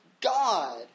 God